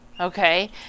Okay